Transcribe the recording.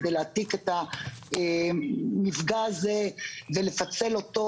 כדי להעתיק את המפגע הזה ולפצל אותו